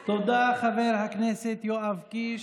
תודה, חבר הכנסת יואב קיש.